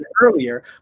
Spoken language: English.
earlier